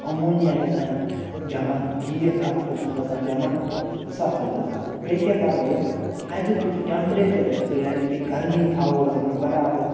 ammonia گَژھان جمع gas اَکہِ قٕسمہٕ گَژھان جمع تہٕ سُہ ہَسا چھُ گَژھان بیٚیہِ کیاہ کرو أسۍ اَتیُک یُس ٹیٚمپریچَر أسۍ وٕچھو یعنی کہِ گرمی تھاوو أسۍ یِمن برابد